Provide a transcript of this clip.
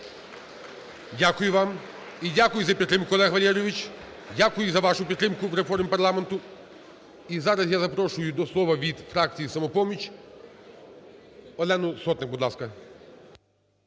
Дякую вам і дякую за підтримку, Олег Валерійович. Дякую за вашу підтримку в реформі парламенту. І зараз я запрошую до слова від фракції "Самопоміч" Олену Сотник. Будь ласка.